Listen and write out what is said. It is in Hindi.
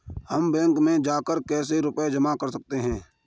हम बैंक में जाकर कैसे रुपया जमा कर सकते हैं?